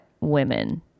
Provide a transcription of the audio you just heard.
women